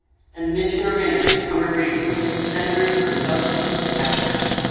and mission oriented congregation centered on justice and advocacy.